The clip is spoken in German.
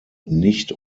nicht